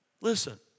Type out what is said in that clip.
Listen